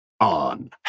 on